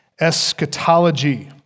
eschatology